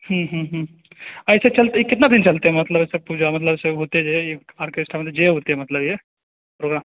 हूँ हूँ हूँ एहि के ई केतना दिन चलतै मतलब एकर पूजा मतलब छै होतै जे ई आर्केस्ट्रा मे जे हेतै मतलब ई ओहि मे